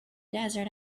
desert